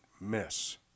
miss